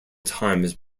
times